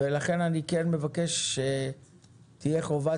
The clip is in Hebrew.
לכן, אני כן מבקש שתהיה חובת